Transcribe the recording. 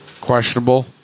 Questionable